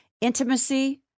Intimacy